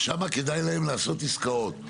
שם כדאי להם לעשות עסקאות.